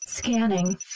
scanning